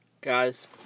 Guys